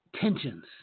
tensions